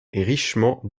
richement